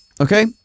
Okay